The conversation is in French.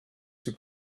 fut